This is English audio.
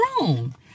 room